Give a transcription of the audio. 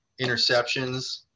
interceptions